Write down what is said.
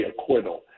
acquittal